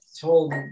told